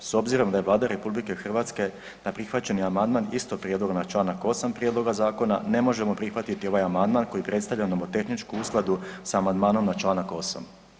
S obzirom da je Vlada RH na prihvaćeni amandman istog prijedloga na čl. 8. prijedloga zakona ne možemo prihvatiti ovaj amandman koji predstavlja nomotehničku uskladu sa amandmanom na čl. 8.